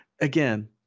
Again